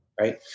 Right